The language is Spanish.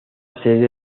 sede